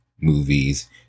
movies